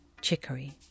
chicory